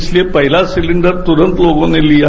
इसलिये पहला सिलेंडर तुरन्त लोगों ने लिया